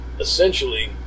Essentially